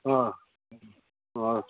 अँ हजुर